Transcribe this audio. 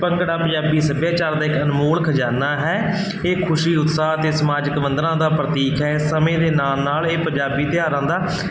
ਭੰਗੜਾ ਪੰਜਾਬੀ ਸੱਭਿਆਚਾਰ ਦਾ ਇੱਕ ਅਨਮੋਲ ਖਜ਼ਾਨਾ ਹੈ ਇਹ ਖੁਸ਼ੀ ਉਤਸ਼ਾਹ ਅਤੇ ਸਮਾਜਿਕ ਬੰਧਨਾਂ ਦਾ ਪ੍ਰਤੀਕ ਹੈ ਇਹ ਸਮੇਂ ਦੇ ਨਾਲ ਨਾਲ ਇਹ ਪੰਜਾਬੀ ਤਿਉਹਾਰਾਂ ਦਾ